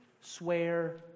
swear